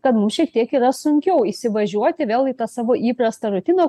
kad mus šiek tiek yra sunkiau įsivažiuoti vėl į tą savo įprastą rutiną